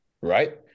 right